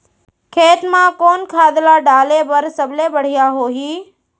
खेत म कोन खाद ला डाले बर सबले बढ़िया होही?